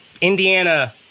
Indiana